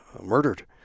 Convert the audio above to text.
murdered